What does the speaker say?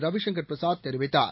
ரவிசங்கர் பிரசாத் தெரிவித்தார்